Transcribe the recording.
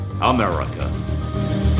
America